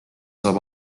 saab